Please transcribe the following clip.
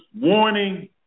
warning